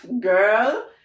girl